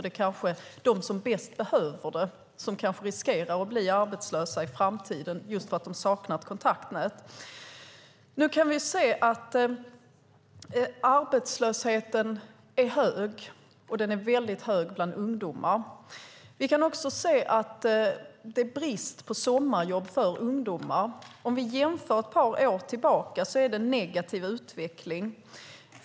Det är kanske de som bäst behöver jobben som riskerar att bli arbetslösa i framtiden - just för att de saknar kontaktnät. Arbetslösheten är hög bland ungdomar. Det är brist på sommarjobb för ungdomar. Låt oss jämföra ett par år tillbaka. Då ser vi en negativ utveckling.